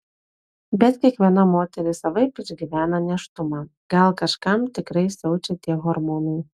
bet kiekviena moteris savaip išgyvena nėštumą gal kažkam tikrai siaučia tie hormonai